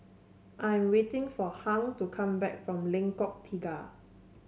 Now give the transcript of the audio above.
I'm waiting for Hung to come back from Lengkok Tiga